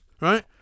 right